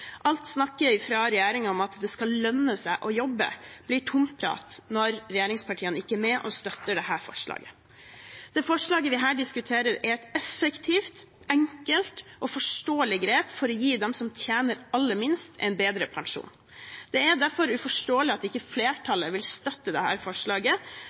Alt snakket fra regjeringen om at det skal lønne seg å jobbe, blir tomprat når regjeringspartiene ikke er med og støtter dette forslaget. Det forslaget vi her diskuterer, er et effektivt, enkelt og forståelig grep for å gi dem som tjener aller minst, en bedre pensjon. Det er derfor uforståelig at ikke flertallet vil støtte dette forslaget,